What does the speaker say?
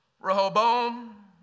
Rehoboam